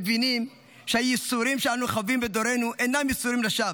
מבינים שהייסורים שאנו חווים בדורנו אינם ייסורים לשווא,